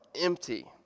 empty